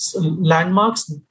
landmarks